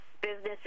businesses